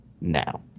now